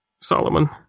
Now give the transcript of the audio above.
Solomon